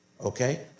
okay